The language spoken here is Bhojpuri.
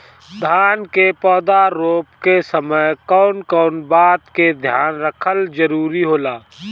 धान के पौधा रोप के समय कउन कउन बात के ध्यान रखल जरूरी होला?